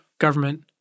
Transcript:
government